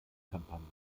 kampagnen